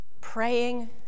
praying